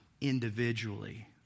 individually